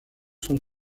sont